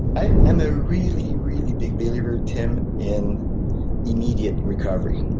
i am a really, really big believer, tim, in immediate recovery.